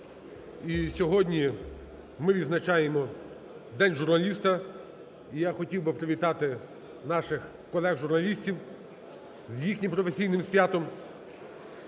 сьогодні ми відзначаємо День журналіста, і я хотів би привітати наших колег журналістів з їхнім професійним святом.